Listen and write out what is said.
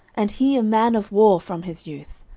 and he a man of war from his youth.